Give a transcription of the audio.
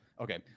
okay